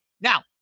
Now